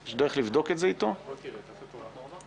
מי עוד רוצה פה